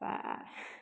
आओर